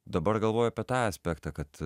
dabar galvoju apie tą aspektą kad